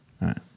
right